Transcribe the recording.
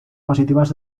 positivas